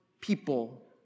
people